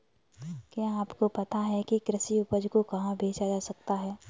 क्या आपको पता है कि कृषि उपज को कहाँ बेचा जा सकता है?